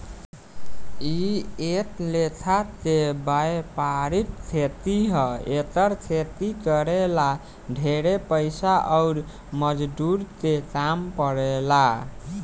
इ एक लेखा के वायपरिक खेती ह एकर खेती करे ला ढेरे पइसा अउर मजदूर के काम पड़ेला